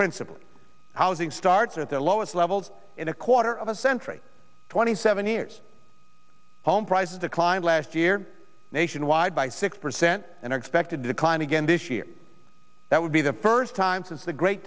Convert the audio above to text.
principal housing starts at the lowest levels in a quarter of a century twenty seven years home prices declined last year nationwide by six percent and expected to decline again this year that would be the first time since the great